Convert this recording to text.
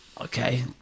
okay